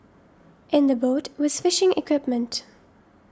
in the boat was fishing equipment